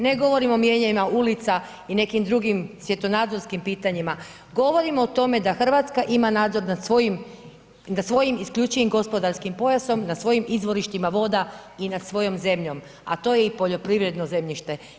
Ne govorim o mijenjanima ulica i nekim drugim svjetonazorskim pitanjima, govorim o tome da Hrvatska ima nadzor nad svojim isključivim gospodarskim pojasom, na svojim izvorištima voda i nad svojom zemljom, a to je i poljoprivredno zemljište.